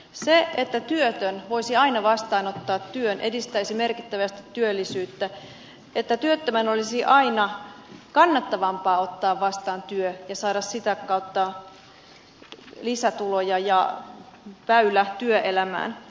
se että työtön voisi aina vastaanottaa työn edistäisi merkittävästi työllisyyttä että työttömän olisi aina kannattavampaa ottaa vastaan työ ja saada sitä kautta lisätuloja ja väylä työelämään